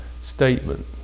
statement